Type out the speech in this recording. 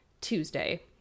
Tuesday